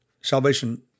Salvation